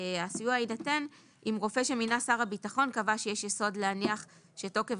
שהסיוע יינתן אם רופא שמינה שר הביטחון קבע שיש יסוד להניח שתוקף